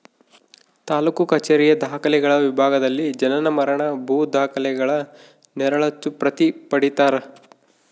ತಾಲೂಕು ಕಛೇರಿಯ ದಾಖಲೆಗಳ ವಿಭಾಗದಲ್ಲಿ ಜನನ ಮರಣ ಭೂ ದಾಖಲೆಗಳ ನೆರಳಚ್ಚು ಪ್ರತಿ ಪಡೀತರ